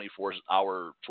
24-hour